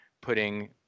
putting